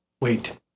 wait